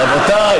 ובסך הכול זה